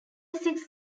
six